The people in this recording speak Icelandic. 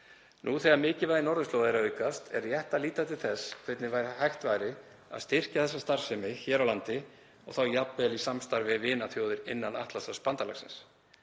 Nú þegar mikilvægi norðurslóða er að aukast er rétt að líta til þess hvernig hægt væri að styrkja þessa starfsemi hér á landi og þá jafnvel í samstarfi við vinaþjóðir innan Atlantshafsbandalagsins.